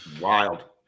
Wild